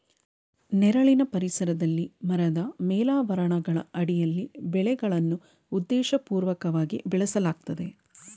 ನೆರಳಿನ ಪರಿಸರದಲ್ಲಿ ಮರದ ಮೇಲಾವರಣಗಳ ಅಡಿಯಲ್ಲಿ ಬೆಳೆಗಳನ್ನು ಉದ್ದೇಶಪೂರ್ವಕವಾಗಿ ಬೆಳೆಸಲಾಗ್ತದೆ